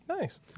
Nice